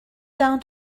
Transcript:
down